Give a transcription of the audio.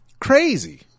Crazy